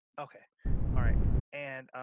okay alright and